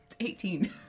Eighteen